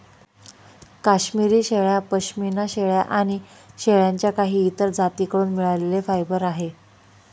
काश्मिरी शेळ्या, पश्मीना शेळ्या आणि शेळ्यांच्या काही इतर जाती कडून मिळालेले फायबर आहे